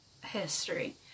history